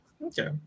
Okay